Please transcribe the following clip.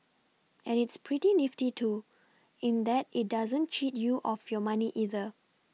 and it's pretty nifty too in that it doesn't cheat you of your money either